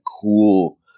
cool